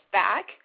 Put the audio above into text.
back